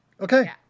Okay